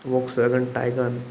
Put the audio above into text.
Volkswagen Taigun